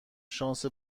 شانس